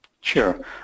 Sure